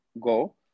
go